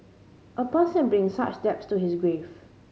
a person brings such debts to his grave